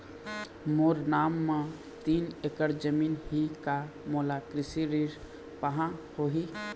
मोर नाम म तीन एकड़ जमीन ही का मोला कृषि ऋण पाहां होही?